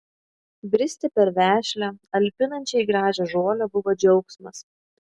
bristi per vešlią alpinančiai gražią žolę buvo džiaugsmas